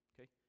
Okay